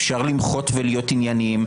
אפשר למחות ולהיות עניינים.